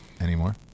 Anymore